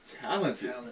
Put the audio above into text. talented